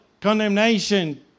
condemnation